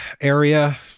area